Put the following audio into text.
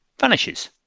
vanishes